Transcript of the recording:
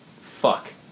fuck